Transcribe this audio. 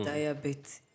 Diabetes